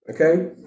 Okay